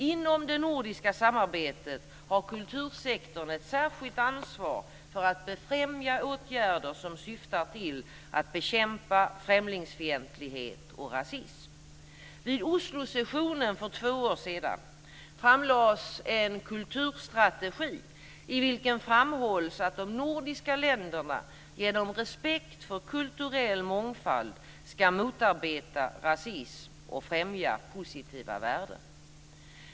Inom det nordiska samarbetet har kultursektorn ett särskilt ansvar för att befrämja åtgärder som syftar till att bekämpa främlingsfientlighet och rasism. Vid Oslosessionen för två år sedan framlades en kulturstrategi i vilken framhålls att de nordiska länderna genom respekt för kulturell mångfald ska motarbeta rasism och främja positiva värden.